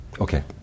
Okay